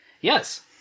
Yes